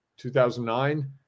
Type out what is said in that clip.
2009